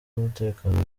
umutekano